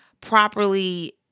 properly